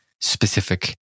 specific